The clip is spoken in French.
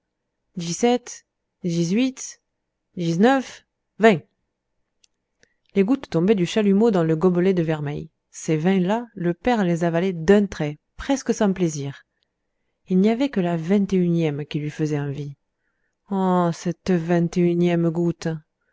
dix-sept dix-huit dix-neuf vingt les gouttes tombaient du chalumeau dans le gobelet de vermeil ces vingt là le père les avalait d'un trait presque sans plaisir il n'y avait que la vingt et unième qui lui faisait envie oh cette vingt et unième goutte